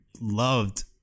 loved